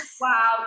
Wow